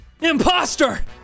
Imposter